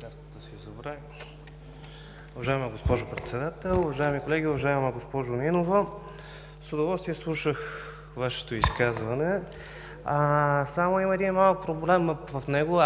ГАДЖЕВ (ГЕРБ): Уважаема госпожо Председател, уважаеми колеги, уважаема госпожо Нинова! С удоволствие слушах Вашето изказване. Само има един малък проблем в него